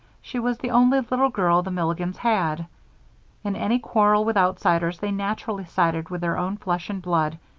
she was the only little girl the milligans had in any quarrel with outsiders they naturally sided with their own flesh and blood,